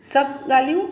सभु ॻाल्हियूं